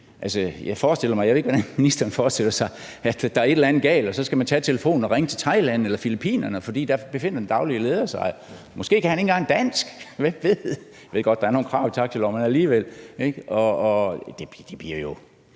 Jeg ved ikke, hvordan ministeren forestiller sig det: Hvis der er et eller andet galt, skal man tage telefonen og ringe til Thailand eller Filippinerne, for der befinder den daglige leder sig. Måske kan han ikke engang dansk, hvem ved? Jeg ved godt, at der er nogle krav i taxiloven, men alligevel. Det bliver jo